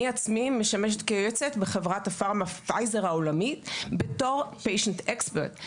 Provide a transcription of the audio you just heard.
אני עצמי משמשת יועצת בחברת הפארמה פייזר העולמית בתור patient-expert.